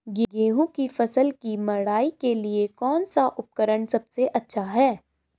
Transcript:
गेहूँ की फसल की मड़ाई के लिए कौन सा उपकरण सबसे अच्छा है?